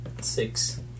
Six